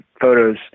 photos